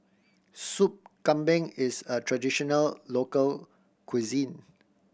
Sop Kambing is a traditional local cuisine